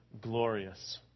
glorious